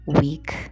week